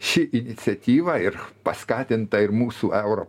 ši iniciatyva ir paskatinta ir mūsų euro